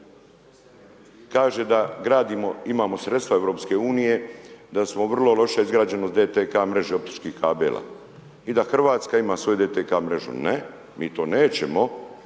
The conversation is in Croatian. gradimo, imamo sredstva EU, da smo vrlo loše izgrađenost DTK optičkih kabela i da RH ima svoju DTK mrežu. Ne, mi to nećemo,